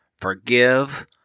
Forgive